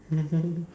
mmhmm